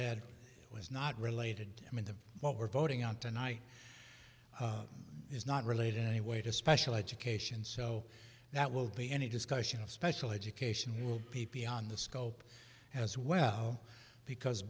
ed was not related in the what we're voting on tonight is not related in any way to special education so that will be any discussion of special education p p on the scope as well because